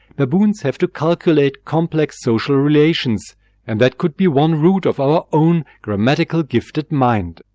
baboons have to calculate complex social relations and that could be one root of our own grammatical gifted mind.